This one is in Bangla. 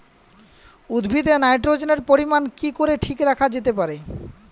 উদ্ভিদে নাইট্রোজেনের পরিমাণ কি করে ঠিক রাখা যেতে পারে?